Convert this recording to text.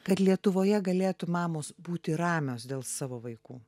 kad lietuvoje galėtų mamos būti ramios dėl savo vaikų